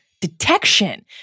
detection